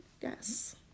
Yes